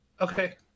Okay